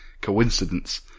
coincidence